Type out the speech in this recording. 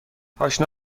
پاشنه